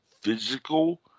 physical